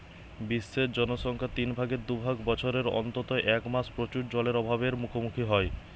বিশ্বের জনসংখ্যার তিন ভাগের দু ভাগ বছরের অন্তত এক মাস প্রচুর জলের অভাব এর মুখোমুখী হয়